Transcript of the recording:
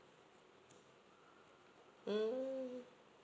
mm